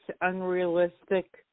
unrealistic